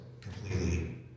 completely